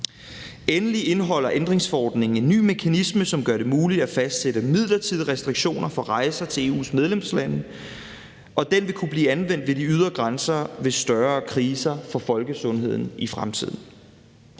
Endelig indeholder ændringsforordningen en ny mekanisme, som gør det muligt at fastsætte midlertidige restriktioner for rejser til EU's medlemslande, og den vil kunne blive anvendt ved de ydre grænser ved større kriser for folkesundheden i fremtiden.